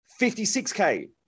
56K